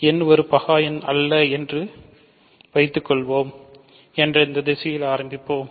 n பகா எண் அல்ல என வைத்துக்கொள்வோம் என்ற இந்த திசையில் ஆரம்பிப்போம்